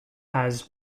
has